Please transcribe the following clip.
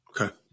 Okay